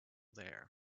there